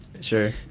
Sure